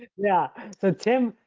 yeah. so tim,